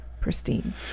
pristine